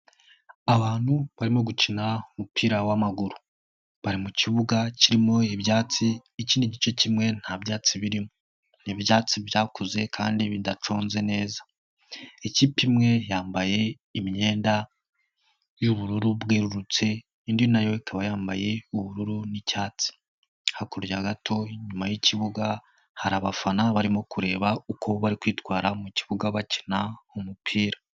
Abantu barimo gukina umupira w'amaguru bari mu kibuga kirimo ibyatsi ikindi gice kimwe nta byatsi birimo, ibyatsi byakuze kandi bidaconze neza, ikipe imwe yambaye imyenda y'ubururu bwerurutse indi na yo ikaba yambaye ubururu n'icyatsi, hakurya gato inyuma y'ikibuga haribafana barimo kureba uko bari kwitwara mu kibuga bakina umupira.